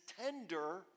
tender